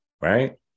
right